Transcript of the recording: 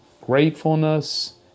gratefulness